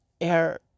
air